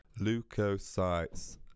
Leukocytes